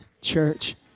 church